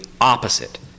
opposite